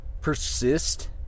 persist